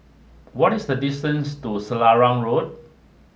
what is the distance to Selarang Road